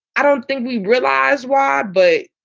i don't think we realize why. but,